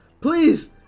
Please